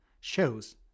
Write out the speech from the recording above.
shows